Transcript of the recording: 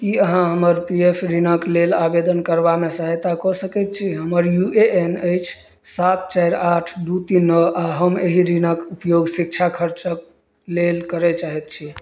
कि अहाँ हमर पी एफ ऋणके लेल आवेदन करबामे सहायता कऽ सकै छी हमर यू ए एन अछि सात चारि आठ दुइ तीन नओ आओर हम एहि ऋणके उपयोग शिक्षा खर्चके लेल करै चाहै छी